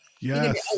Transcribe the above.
yes